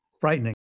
frightening